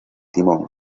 timón